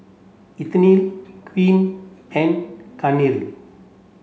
Ethyle Queen and Kathryn